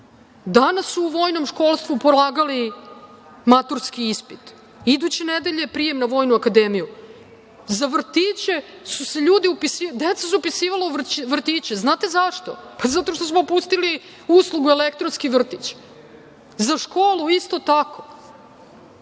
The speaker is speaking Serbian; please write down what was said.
Danas u vojnom školstvu polagali su maturski ispit. Iduće nedelje prijem na Vojnu akademiju. Deca su se upisivala u vrtiće, znate zašto? Pa zato što smo pustili uslugu elektronski vrtić. Za školu isto tako.